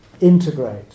integrate